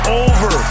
over